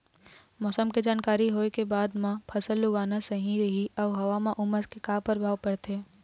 मौसम के जानकारी होथे जाए के बाद मा फसल लगाना सही रही अऊ हवा मा उमस के का परभाव पड़थे?